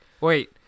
Wait